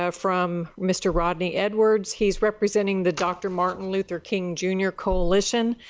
ah from mr. rodney edwards he representing the doctor martin luther king you know coalition.